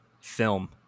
Film